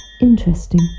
Interesting